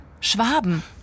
Schwaben